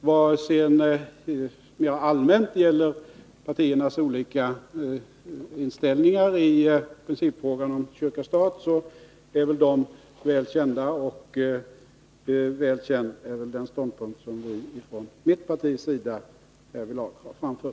Vad sedan mera allmänt gäller partiernas olika inställningar i principfrågan om kyrka-stat är de väl kända, liksom den ståndpunkt som vi från mitt partis sida härvidlag intager.